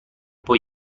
poi